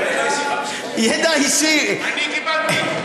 אני קיבלתי.